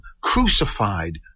crucified